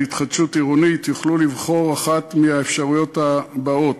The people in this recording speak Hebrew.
התחדשות עירונית יוכלו לבחור אחת מהאפשרויות הבאות: